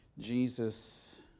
Jesus